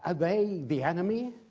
ah they the enemy?